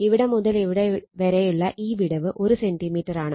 ഇവിടെ മുതൽ ഇവിടെ വരെയുള്ള ഈ വിടവ് 1 സെന്റിമീറ്ററാണ്